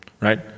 right